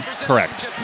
Correct